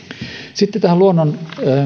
sitten tähän luonnon